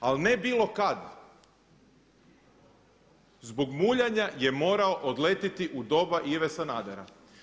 Ali ne bilo kad, zbog muljanja je morao odletjeti u doba Ive Sanadera.